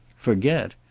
forget!